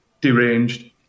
deranged